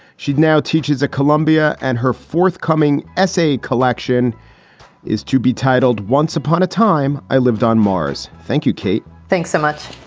she now teaches at columbia. and her forthcoming essay collection is to be titled once upon a time i lived on mars. thank you, kate. thanks so much